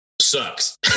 Sucks